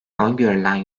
öngörülen